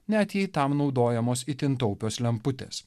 net jei tam naudojamos itin taupios lemputės